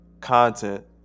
content